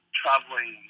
traveling